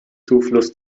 zufluss